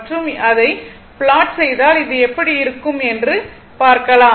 மற்றும் அதை ப்ளாட் செய்தால் இது இப்படி இருக்கும் என்று பார்க்கலாம்